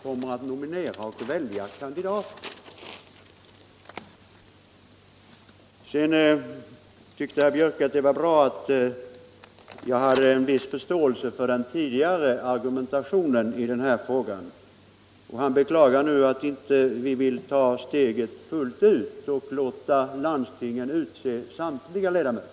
Herr Björck i Nässjö tyckte att det var bra att jag hade en viss förståelse för den tidigare argumentationen i den här frågan. Men han beklagar att vi inte har velat ta steget fullt ut och låta landstingen utse samtliga ledamöter